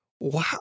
wow